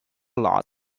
lot